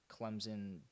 Clemson